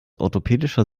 orthopädischer